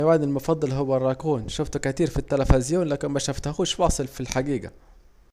حيواني المفضل هو الراكون، شوفته كتير في التلفزين لكن مشفتوش واصل في الحجيجة